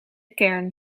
kern